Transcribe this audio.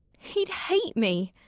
he'd hate me.